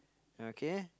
okay